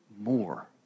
more